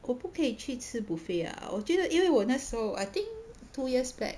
我不可以去吃 buffet ah 我觉得因为我那时候 I think two years back